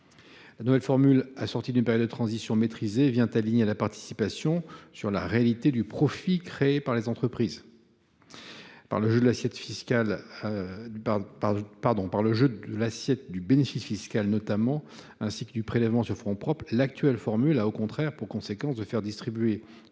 nouvelle formule, assortie d’une période de transition maîtrisée, viendrait aligner la participation sur la réalité du profit créé par les entreprises. Par le jeu de l’assiette du bénéfice fiscal notamment, ainsi que du prélèvement sur fonds propres, la formule actuelle a pour conséquence, au contraire,